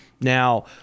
now